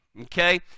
okay